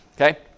Okay